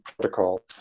protocol